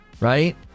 right